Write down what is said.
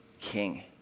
King